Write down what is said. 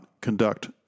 conduct